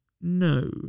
No